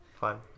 fun